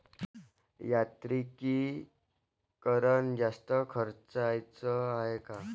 यांत्रिकीकरण जास्त खर्चाचं हाये का?